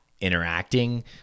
interacting